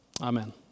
Amen